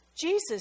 Jesus